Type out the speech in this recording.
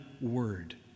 word